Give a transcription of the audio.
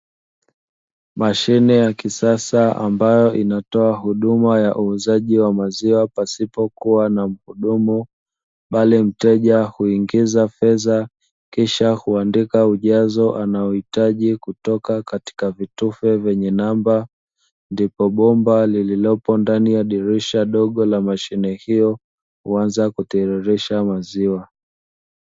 Mashine ya kisasa ambayo inatoa huduma ya uuzaji wa maziwa pasipo kuwa na mhudumu, bali mteja huingiza fedha kisha huandika ujazo anaohitaji kutoka katika vitufe vyenye namba ndipo bomba lililopo ndani ya dirisha dogo la mashine hiyo huanza kutiririsha maziwa.